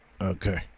Okay